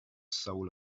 soul